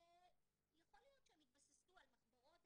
יכול להיות שהם התבססו על מחברות,